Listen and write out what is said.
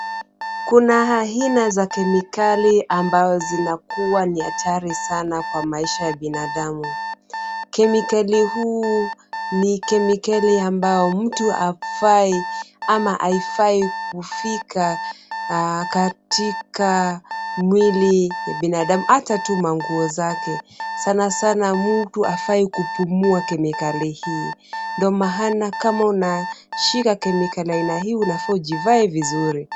Kuna aina za kemikali ambazo zinakuwa ni hatari sana kwa maisha ya binadamu. Kemikali huu ni kemikali ambayo mtu hafai ama haifai kufika katika mwili ya binadamu hata tu manguo zake. Sana sana mtu hafai kupumua kemikali hii. Ndio maana kama unashika kemikali aina hii unafaa ujivae vizuri.